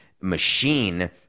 machine